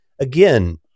again